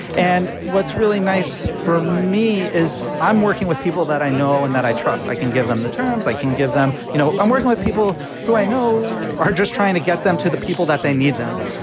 and what's really nice for me is i'm working with people that i know and that i trust. i can give them the terms i can give them you know, i'm working with people who i know are just trying to get them to the people that they need them.